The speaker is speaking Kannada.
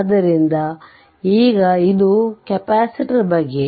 ಆದ್ದರಿಂದ ಈಗ ಇದು ಕೆಪಾಸಿಟರ್ ಬಗ್ಗೆ